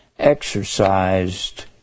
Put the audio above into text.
Exercised